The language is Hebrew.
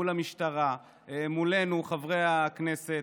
מול המשטרה, מולנו, חברי הכנסת,